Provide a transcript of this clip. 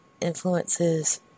influences